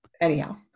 anyhow